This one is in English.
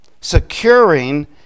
securing